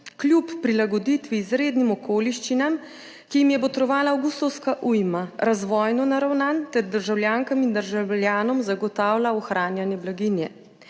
kljub prilagoditvi izrednim okoliščinam, ki jim je botrovala avgustovska ujma, razvojno naravnan ter državljankam in državljanom zagotavlja ohranjanje blaginje.